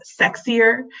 sexier